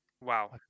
wow